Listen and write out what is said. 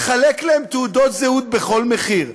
לחלק להם תעודות זהות בכל מחיר,